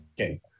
Okay